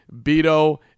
Beto